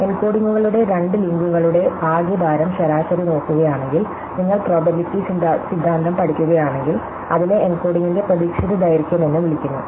എൻകോഡിംഗുകളുടെ രണ്ട് ലിങ്കുകളുടെ ആകെ ഭാരം ശരാശരി നോക്കുകയാണെങ്കിൽ നിങ്ങൾ പ്രോബബിലിറ്റി സിദ്ധാന്തം പഠിക്കുകയാണെങ്കിൽ ഇതിനെ എൻകോഡിംഗിന്റെ പ്രതീക്ഷിത ദൈർഘ്യം എന്ന് വിളിക്കുന്നു